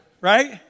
right